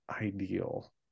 ideal